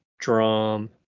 drum